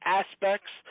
aspects